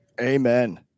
amen